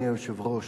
אדוני היושב-ראש,